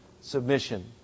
submission